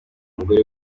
mugore